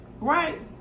Right